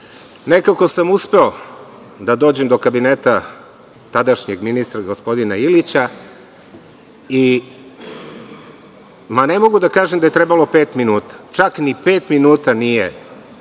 Nekako sam uspeo da dođem do kabineta tadašnjeg ministra gospodina Ilića. Ne mogu da kažem da je trebalo pet minuta, čak ni pet minuta nije